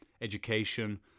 education